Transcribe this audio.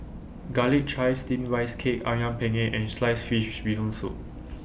Garlic Chives Steamed Rice Cake Ayam Penyet and Sliced Fish Bee Hoon Soup